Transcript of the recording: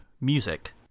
music